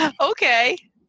okay